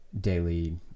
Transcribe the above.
daily